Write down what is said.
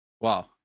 Wow